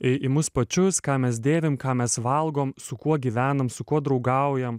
į į mus pačius ką mes dėvim ką mes valgom su kuo gyvenam su kuo draugaujam